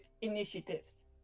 initiatives